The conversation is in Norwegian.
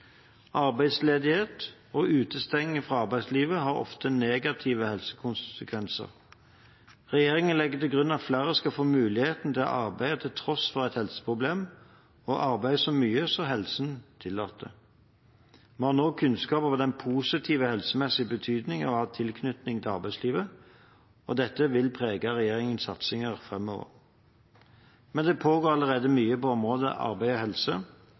Arbeidsledighet og utestengning fra arbeidslivet har ofte negative helsekonsekvenser. Regjeringen legger til grunn at flere skal få muligheten til å arbeide til tross for et helseproblem, og å arbeide så mye som helsen tillater. Vi har nå kunnskap om den positive helsemessige betydningen av å ha tilknytning til arbeidslivet. Dette vil prege regjeringens satsinger framover. Men det pågår allerede mye på området arbeid og helse.